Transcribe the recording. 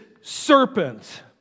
serpent